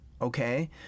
Okay